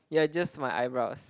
ya just my eyebrows